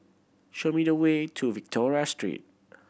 show me the way to Victoria Street